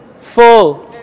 full